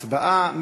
הצבעה.